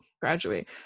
graduate